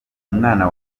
umwana